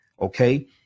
Okay